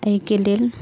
एहिके लेल